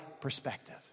Perspective